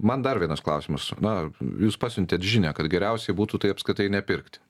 man dar vienas klausimas na jūs pasiuntėt žinią kad geriausiai būtų tai apskritai nepirkti